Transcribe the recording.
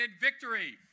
victory